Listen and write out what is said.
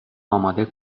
اماده